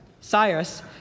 Cyrus